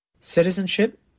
Citizenship